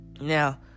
Now